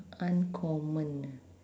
uncommon